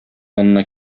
янына